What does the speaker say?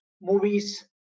movies